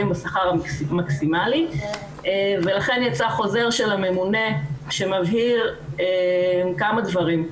בשכר המקסימלי ולכן יצא חוזר של הממונה שמבהיר כמה דברים.